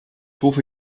rufe